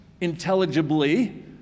intelligibly